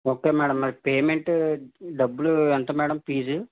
okay madam మరి payment డబ్బులు ఎంత మేడం ఫీజు